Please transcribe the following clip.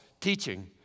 teaching